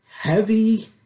heavy